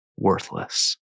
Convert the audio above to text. worthless